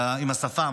עם השפם,